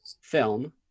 film